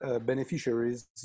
beneficiaries